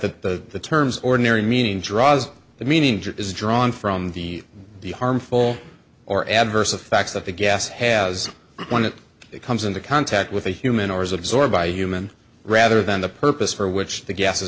note that the terms ordinary meaning draws the meaning is drawn from the the harmful or adverse effects that the gas has when it comes into contact with a human or is absorbed by a human rather than the purpose for which the gas is